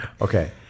okay